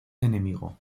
enemigo